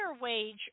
wage